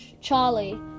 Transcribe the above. charlie